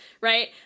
right